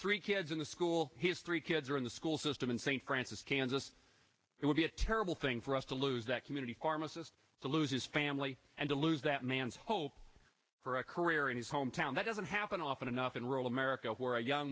three kids in the school his three kids are in the school system in st francis kansas it would be a terrible thing for us to lose that community pharmacist to lose his family and to lose that man's hope for a career in his hometown that doesn't happen often enough in rural america where young